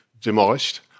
demolished